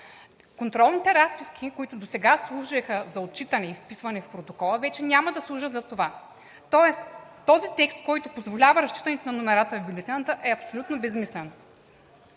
Контролните разписки, които досега служеха за отчитане и вписване в протокола, вече няма да служат за това, тоест този текст, който позволява разчитането на номерата в бюлетината, е абсолютно безсмислен.